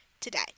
today